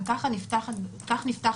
וכך נפתח ההליך.